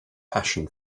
passion